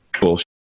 bullshit